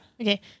Okay